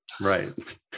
Right